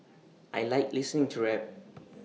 I Like listening to rap